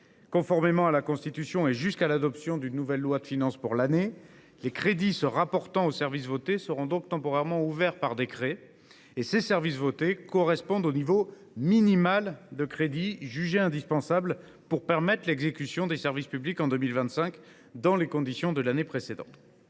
Conformément à la Constitution et jusqu’à l’adoption d’une nouvelle loi de finances pour l’année, les crédits se rapportant aux services votés seront donc temporairement ouverts par décret. Ces services votés correspondent au niveau minimal de crédits jugé indispensable pour permettre l’exécution des services publics en 2025 dans les conditions de l’année précédente.